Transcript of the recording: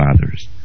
fathers